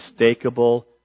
unmistakable